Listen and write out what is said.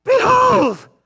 Behold